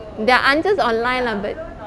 there are answers online lah but